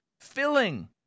filling